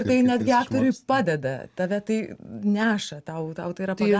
tai net gi aktoriui padeda tave tai neša tau tau tai yra pagalba